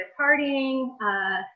partying